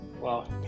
Wow